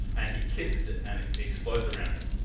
and he kisses it and it explodes around him.